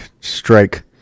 strike